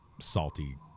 salty